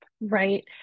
right